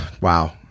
wow